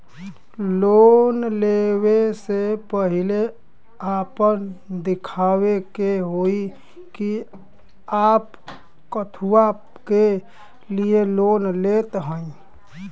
Loan ले वे से पहिले आपन दिखावे के होई कि आप कथुआ के लिए लोन लेत हईन?